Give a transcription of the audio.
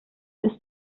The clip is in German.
ist